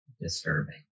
disturbing